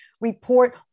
report